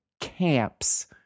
camps